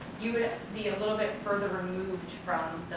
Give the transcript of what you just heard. you would be a little bit further removed from